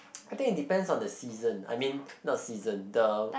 I think is depend on the season I mean not season the